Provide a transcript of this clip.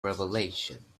revelation